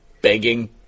begging